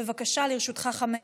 בבקשה, לרשותך חמש דקות.